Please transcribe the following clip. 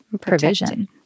provision